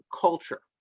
culture